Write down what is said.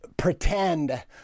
Pretend